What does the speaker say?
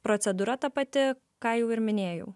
procedūra ta pati ką jau ir minėjau